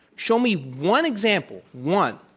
show me one example one,